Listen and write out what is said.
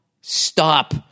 stop